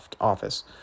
Office